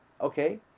okay